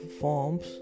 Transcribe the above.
forms